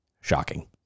Shocking